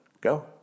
Go